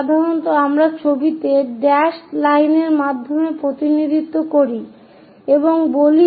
সাধারণত আমরা ছবিতে ড্যাশড লাইনের মাধ্যমে প্রতিনিধিত্ব করি এবং বলি যে এটি একটি সম্পূর্ণ ব্লক